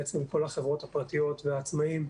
כל החברות הפרטיות והעצמאים,